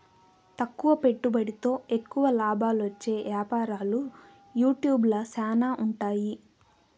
తక్కువ పెట్టుబడితో ఎక్కువ లాబాలొచ్చే యాపారాలు యూట్యూబ్ ల శానా ఉండాయి